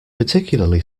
particularly